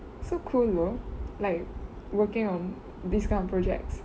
so cool know like working on this kind of projects